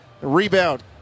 Rebound